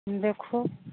देखहो